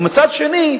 ומצד שני